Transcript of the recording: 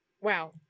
Wow